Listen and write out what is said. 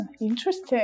Interesting